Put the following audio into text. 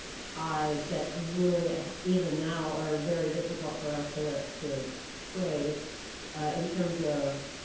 ties that really ah even now are very difficult for us to to trace in terms of